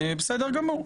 בסדר גמור.